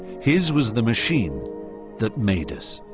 his was the machine that made us.